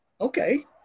Okay